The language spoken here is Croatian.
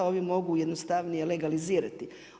Ovi mogu jednostavnije legalizirati.